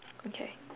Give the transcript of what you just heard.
okay